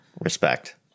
respect